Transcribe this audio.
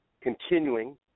continuing